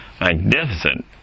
magnificent